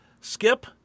Skip